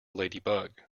ladybug